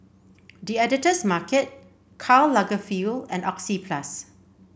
The Editor's Market Karl Lagerfeld and Oxyplus